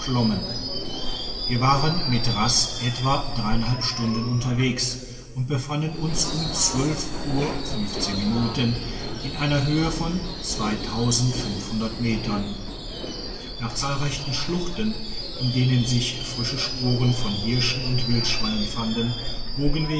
wir waren mit rast etwa drei stunden unterwegs und befanden uns um uhr minuten in einer höhe von metern nach zahlreichen schluchten in denen sich frische spuren von hirschen und wildschweinen fanden bogen